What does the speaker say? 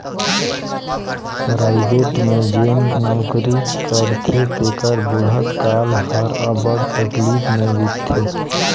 private में जेन नउकरी करथे तेकर बुढ़त काल हर अब्बड़ तकलीफ में बीतथे